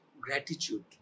gratitude